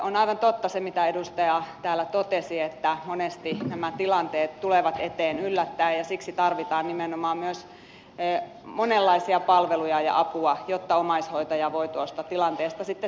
on aivan totta se mitä edustaja täällä totesi että monesti nämä tilanteet tulevat eteen yllät täen ja siksi tarvitaan nimenomaan myös monenlaisia palveluja ja apua jotta omaishoitaja voi tuosta tilanteesta sitten selvitä eteenpäin